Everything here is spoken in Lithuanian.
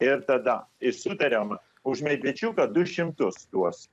ir tada ir sutariam už medvičiuką du šimtus duos